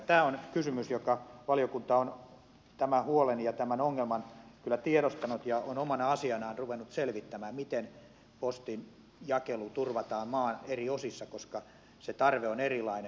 tämä on kysymys josta valiokunta on tämän huolen ja tämän ongelman kyllä tiedostanut ja on omana asianaan ruvennut selvittämään miten postin jakelu turvataan maan eri osissa koska se tarve on erilainen